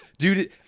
Dude